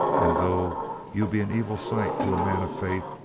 and though you be an evil sight to a man of faith,